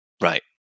Right